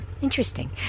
interesting